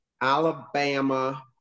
Alabama